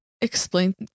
explain